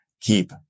keep